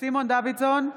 סימון דוידסון,